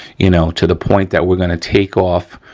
you know, to the point that we're gonna take off